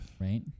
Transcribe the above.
Right